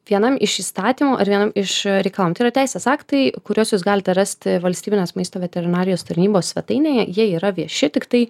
vienam iš įstatymų ar vienam iš reikalavimų tai yra teisės aktai kuriuos jūs galite rasti valstybinės maisto veterinarijos tarnybos svetainėje jie yra vieši tiktai